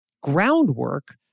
groundwork